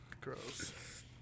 Gross